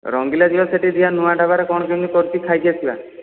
ରଙ୍ଗିଲା ଯିବା ସେଠି ଯିବା ନୂଆ ଢାବାରେ କ'ଣ କେମିତି କରିଛି ଖାଇକି ଆସିବା